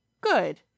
Good